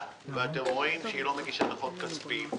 ואתם רואים שהיא לא מגישה דוחות כספיים,